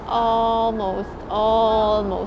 almost almost